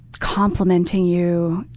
complimenting you.